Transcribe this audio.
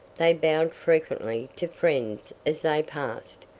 they bowed frequently to friends as they passed.